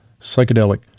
psychedelic